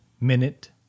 minute